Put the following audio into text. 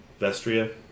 Vestria